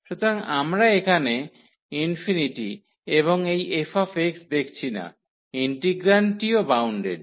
সুতরাং আমরা এখানে ∞ এবং এই fx দেখছি না ইন্টিগ্রান্ডটিও বাউন্ডেড